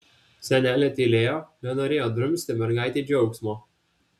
senelė tylėjo nenorėjo drumsti mergaitei džiaugsmo